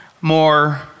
more